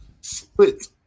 Split